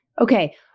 Okay